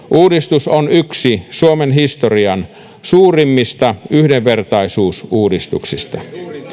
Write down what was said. uudistus on yksi suomen historian suurimmista yhdenvertaisuusuudistuksista